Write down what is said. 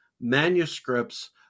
manuscripts